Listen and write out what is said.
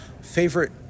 Favorite